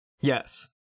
Yes